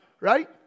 Right